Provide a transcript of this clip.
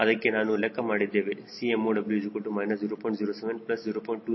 ಅದನ್ನು ನಾವು ಲೆಕ್ಕ ಮಾಡಿದ್ದೇವೆ Cmow 0